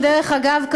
דרך אגב,